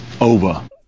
over